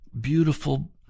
Beautiful